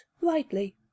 rightly